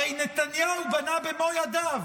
הרי נתניהו בנה במו ידיו,